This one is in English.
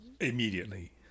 immediately